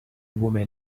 woman